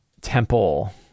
temple